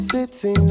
City